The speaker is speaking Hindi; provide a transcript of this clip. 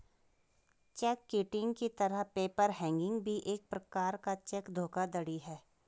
चेक किटिंग की तरह पेपर हैंगिंग भी एक प्रकार का चेक धोखाधड़ी है